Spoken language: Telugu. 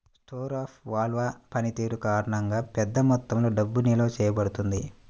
స్టోర్ ఆఫ్ వాల్వ్ పనితీరు కారణంగా, పెద్ద మొత్తంలో డబ్బు నిల్వ చేయబడుతుంది